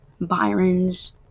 Byron's